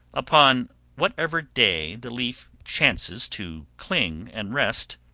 upon whichever day the leaf chances to cling and rest,